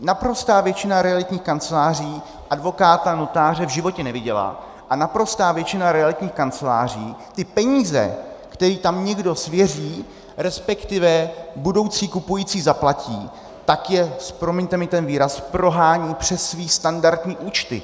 Naprostá většina realitních kanceláří advokáta, notáře v životě neviděla a naprostá většina realitních kanceláří ty peníze, které tam někdo svěří, respektive budoucí kupující zaplatí, tak je, promiňte mi ten výraz, prohání přes své standardní účty.